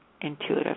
intuitive